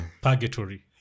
Purgatory